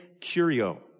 curio